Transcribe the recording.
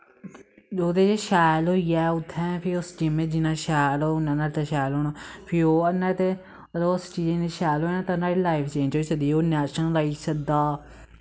ओह्दे च शैल होई गेआ फिर उस गेमें च जिन्ना शैल होग उन्ना ओह्दे तै शैल होनां फिर उनें उस चीज च शैल होना ते ओह्दे लाईफ चेंज होई सकदी ओह् नैशनल लाई सकदा